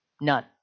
None